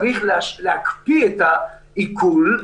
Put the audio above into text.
צריך להקפיא את העיקול,